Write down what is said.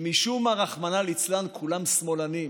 שמשום מה, רחמנא ליצלן, כולם שמאלנים.